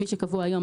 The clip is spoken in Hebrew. כפי שקבוע היום,